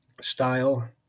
style